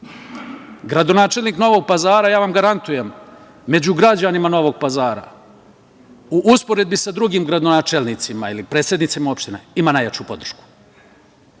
cilj. Gradonačelnik Novog Pazara, ja vam garantujem, među građanima Novog Pazara u poređenju sa drugim gradonačelnicima ili predsednicima opština ima najjaču podršku. Zato